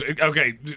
okay